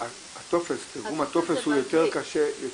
המהלך של תרגום הטופס הוא יותר קשה?